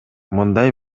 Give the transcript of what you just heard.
мындай